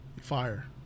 Fire